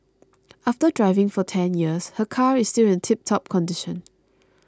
after driving for ten years her car is still in tiptop condition